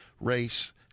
race